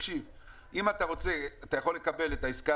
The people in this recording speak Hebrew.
אם אתה רוצה אתה יכול לקבל את העסקה